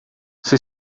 sua